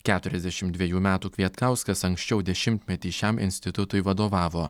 keturiasdešim dvejų metų kvietkauskas anksčiau dešimtmetį šiam institutui vadovavo